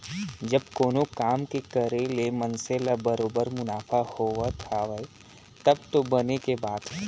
जब कोनो काम के करे ले मनसे ल बरोबर मुनाफा होवत हावय तब तो बने के बात हे